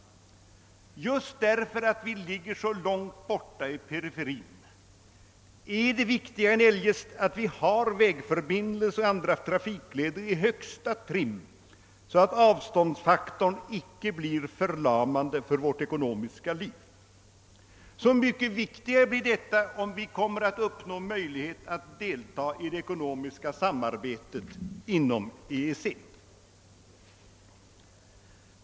Just därför att vi ligger så långt borta i periferin är det mera väsenligt än eljest att vi har vägförbindelser och andra trafikleder i högsta trim, så att avståndsfaktorn icke blir förlamande för vårt ekonomiska liv. Så mycket viktigare blir detta om vi kommer att uppnå möjlighet att delta i det ekonomiska samarbetet inom EEC.